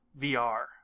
VR